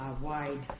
wide